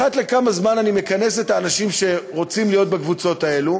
אחת לכמה זמן אני מכנס את האנשים שרוצים להיות בקבוצות האלה,